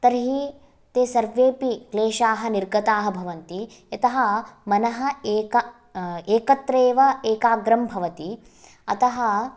तर्हिः ते सर्वेपि क्लेशाः निर्गताः भवन्ति यतः मनः एक एकत्रैव एकाग्रं भवति अतः